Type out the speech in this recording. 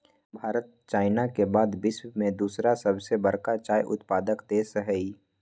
Bharat China के बाद विश्व में दूसरा सबसे बड़का चाय उत्पादक देश हई